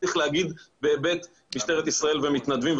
צריך להגיד בהיבט של משטרת ישראל ומתנדבים,